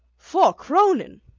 four kronen!